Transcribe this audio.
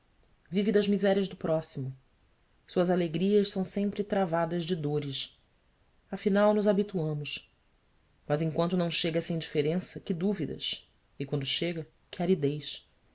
das misérias do próximo suas alegrias são sempre travadas de dores afinal nos habituamos mas enquanto não chega essa indiferença que dúvidas e quando chega que